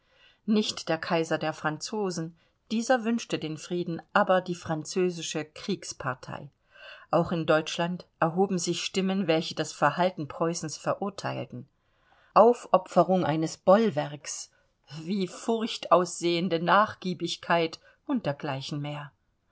nicht der kaiser der franzosen dieser wünschte den frieden aber die französische kriegspartei auch in deutschland erhoben sich stimmen welche das verhalten preußens verurteilten aufopferung eines vollwerks wie furcht aussehende nachgiebigkeit und dergleichen mehr